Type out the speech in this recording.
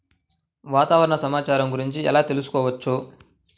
వాతావరణ సమాచారము గురించి ఎలా తెలుకుసుకోవచ్చు?